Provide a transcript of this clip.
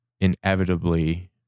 inevitably